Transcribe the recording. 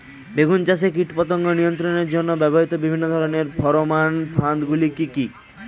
বেগুন চাষে কীটপতঙ্গ নিয়ন্ত্রণের জন্য ব্যবহৃত বিভিন্ন ধরনের ফেরোমান ফাঁদ গুলি কি কি?